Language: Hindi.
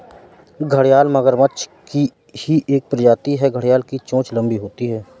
घड़ियाल मगरमच्छ की ही एक प्रजाति है घड़ियाल की चोंच लंबी होती है